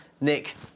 Nick